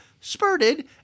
spurted